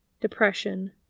depression